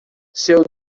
seu